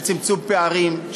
של צמצום פערים,